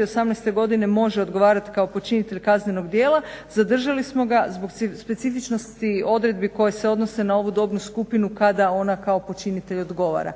i 18. godine može odgovarati kao počinitelj kaznenog djela zadržali smo ga zbog specifičnosti odredbi koje se odnose na ovu dobnu skupinu kada ona kao počinitelj odgovara.